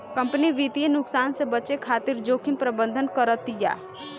company वित्तीय नुकसान से बचे खातिर जोखिम प्रबंधन करतिया